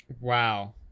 Wow